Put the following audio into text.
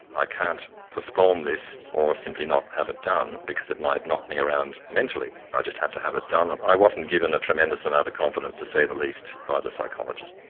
i can't postpone this or simply not have it done because it might knock me around mentally, i just had to have it done. i wasn't given a tremendous amount of confidence, to say the least, by the psychologist.